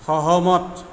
সহমত